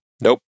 Nope